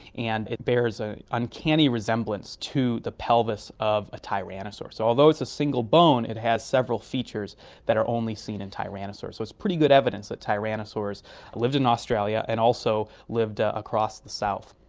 and it bears an uncanny resemblance to the pelvis of a tyrannosaur. so although it's a single bone it has several features that are only seen in tyrannosaurs. so it's pretty good evidence that tyrannosaurs lived in australia and also lived ah across the south.